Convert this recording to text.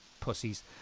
pussies